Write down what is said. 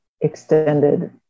extended